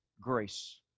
grace